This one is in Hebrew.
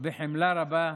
בחמלה רבה.